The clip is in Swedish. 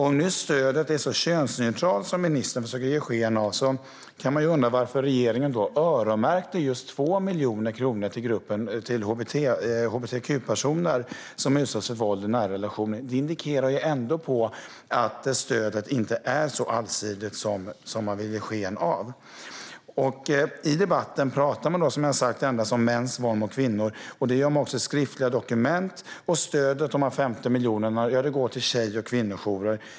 Om nu stödet är så könsneutralt som ministern vill ge sken av kan man undra varför regeringen öronmärkte 2 miljoner kronor till gruppen hbtq-personer som utsatts för våld i nära relationer. Det indikerar ju att stödet inte är så allsidigt som man vill ge sken av. I debatten talar man endast om mäns våld mot kvinnor. Det gör man också i skriftliga dokument. Stödet om 50 miljoner går till tjej och kvinnojourer.